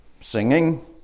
singing